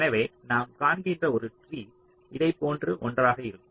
எனவே நாம் காண்கின்ற ஒரு ட்ரீ இதைப்போன்ற ஒன்றாக உள்ளது